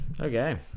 okay